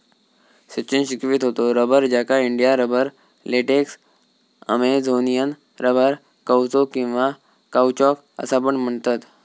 सचिन शिकवीत होतो रबर, ज्याका India rubber, latex, Amazonian rubber, कौचो किंवा काउचॉक असा पण म्हणतत